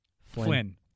Flynn